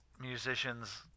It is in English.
musicians